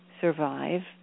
survive